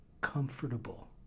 comfortable